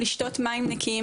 לשתות מים נקיים,